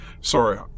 Sorry